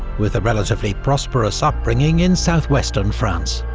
with a relatively prosperous upbringing in southwestern france.